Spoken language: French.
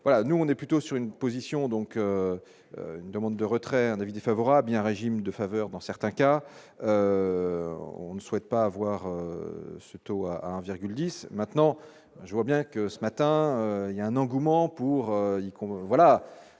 nous, on est plutôt sur une position donc une demande de retrait, un avis défavorable et un régime de faveur dans certains cas, on ne souhaite pas voir ce taux à 1,10 maintenant, je vois bien que ce matin il y a un engouement pour